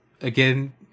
again